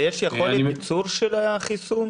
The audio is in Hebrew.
האם יש יכולת ייצור של החיסון?